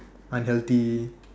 unhealthy